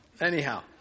Anyhow